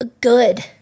good